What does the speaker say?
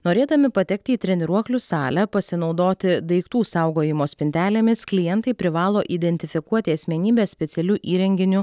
norėdami patekti į treniruoklių salę pasinaudoti daiktų saugojimo spintelėmis klientai privalo identifikuoti asmenybę specialiu įrenginiu